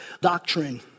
doctrine